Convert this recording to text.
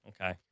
Okay